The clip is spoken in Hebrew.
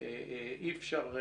ואי אפשר,